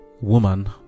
woman